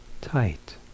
Tight